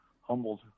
humbled